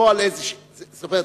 זאת אומרת,